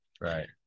Right